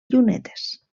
llunetes